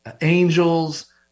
angels